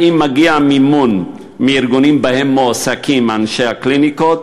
2. האם מגיע מימון מארגונים שבהם מועסקים אנשי הקליניקות?